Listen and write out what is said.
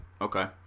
okay